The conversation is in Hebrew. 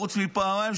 חוץ מפעמיים,